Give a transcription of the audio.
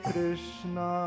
Krishna